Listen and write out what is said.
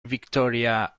victoria